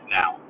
now